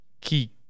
key